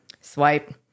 swipe